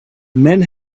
men